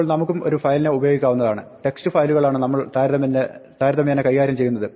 ഇപ്പോൾ നമുക്കും ഒരു ഫയലിനെ ഉപയോഗിക്കാവുന്നതാണ് ടെക്സ്റ്റ് ഫയലുകളാണ് നമ്മൾ താരതമ്യേന കൈകാര്യം ചെയ്യുന്നത്